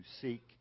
seek